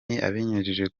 abinyujije